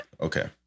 Okay